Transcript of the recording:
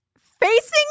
facing